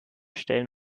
stellen